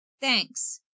thanks